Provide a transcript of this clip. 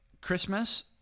Christmas